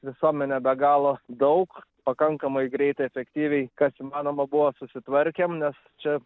visuomenė be galo daug pakankamai greitai efektyviai kas įmanoma buvo susitvarkėm nes čia